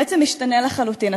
בעצם משתנה לחלוטין.